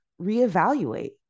reevaluate